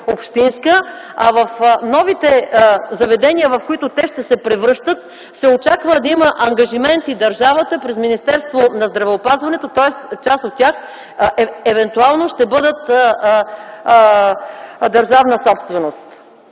общинска, а в новите заведения в които те ще се превръщат, се очаква да има ангажимент и държавата чрез Министерството на здравеопазването. Тоест част от тях евентуално ще бъдат държавна собственост.